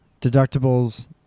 Deductibles